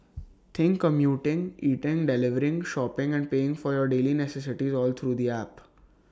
think commuting eating delivering shopping and paying for your daily necessities all through the app